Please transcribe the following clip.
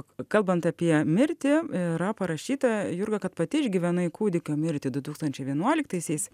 kalbant apie mirtį yra parašyta jurga kad pati išgyvenai kūdikio mirtį du tūkstančiai vienuoliktaisiais